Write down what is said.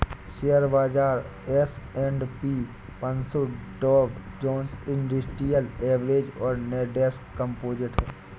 share बाजार S and P पनसो Dow Jones industrial average और नैस्डैक कंपोजिट है